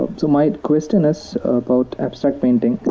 so my question is about abstract painting.